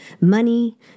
money